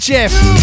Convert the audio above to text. Jeff